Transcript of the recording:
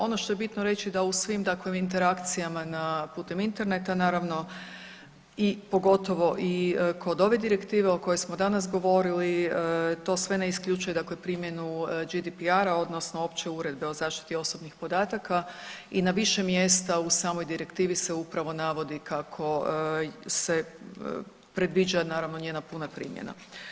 Ono što je bitno reći da u svim dakle u interacijama na putem interneta, naravno i pogotovo i kod ove direktive o kojoj smo danas govorili to sve ne isključuje dakle primjenu GDPR-a odnosno Opće uredbe o zaštiti osobnih podataka i na više mjesta u samoj direktivi se upravo navodi kako se predviđa naravno njena puna primjena.